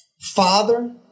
father